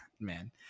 man